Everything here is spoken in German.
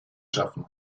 schaffen